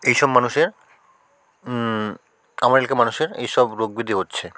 এইসব মানুষের আমার এলাকার মানুষের এইসব রোগ ব্যাধি হচ্ছে